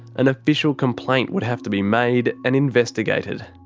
an official complaint would have to be made and investigated.